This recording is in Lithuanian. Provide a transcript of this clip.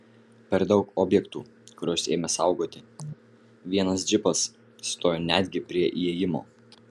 per daug objektų kuriuos ėmė saugoti vienas džipas sustojo netgi prie įėjimo